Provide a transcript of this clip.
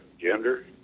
gender